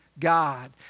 God